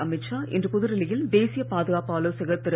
அமித் ஷா இன்று புதுடில்லி யில் தேசிய பாதுகாப்பு ஆலோசகர் திரு